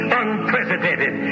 unprecedented